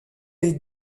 les